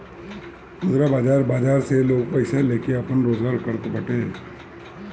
मुद्रा बाजार बाजार से लोग पईसा लेके आपन रोजगार करत बाटे